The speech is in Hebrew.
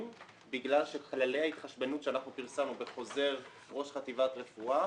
בגלל שכללי ההתחשבנות שאנחנו פרסמנו בחוזר ראש חטיבת רפואה,